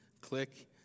Click